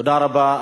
תודה רבה.